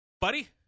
buddy